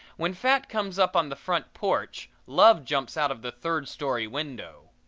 when fat comes up on the front porch love jumps out of the third-story window.